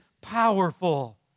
powerful